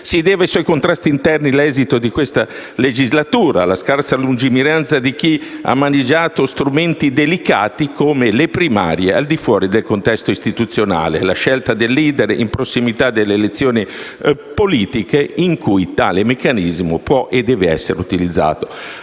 Si deve ai suoi contrasti interni l'esito di questa legislatura e alla scarsa lungimiranza di chi ha maneggiato strumenti delicati come le primarie al di fuori del contesto istituzionale (la scelta del *leader* in prossimità di elezioni politiche) in cui tale meccanismo può e deve essere utilizzato.